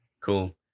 Cool